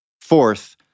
Fourth